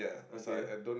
okay